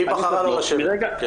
היא בחרה לא לשבת כאן.